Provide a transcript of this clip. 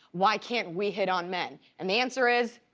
why can't we hit on men? and the answer is,